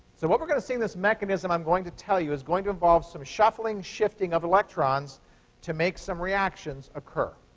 so what we're going to see in this mechanism i'm going to tell you is going to involve some shuffling, shifting of electrons to make some reactions occur.